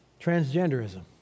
transgenderism